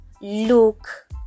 look